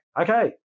Okay